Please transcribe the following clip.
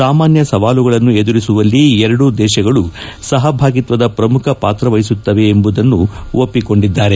ಸಾಮಾನ್ಯ ಸವಾಲುಗಳನ್ನು ಎದುರಿಸುವಲ್ಲಿ ಎರಡೂ ದೇಶಗಳು ಸಹಭಾಗಿತ್ವದ ಪ್ರಮುಖ ಪಾತ್ರವಹಿಸುತ್ತದೆ ಎಂಬುದನ್ನು ಒಪ್ಪಿಕೊಂಡಿದ್ದಾರೆ